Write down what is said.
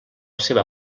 seva